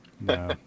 No